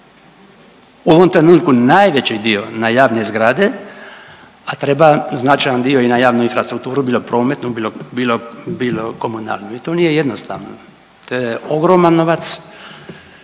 u ovom trenutku najveći dio na javne zgrade, a treba značajan dio i na javnu infrastrukturu, bilo prometnu, bilo komunalnu i to nije jednostavno, to je ogroman novac,